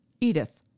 Edith